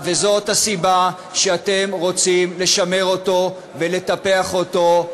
וזאת הסיבה שאתם רוצים לשמר אותו ולטפח אותו,